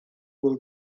will